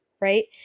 right